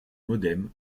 modem